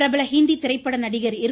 பிரபல ஹிந்தி திரைப்பட நடிகர் இர்